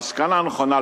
המסקנה הנכונה,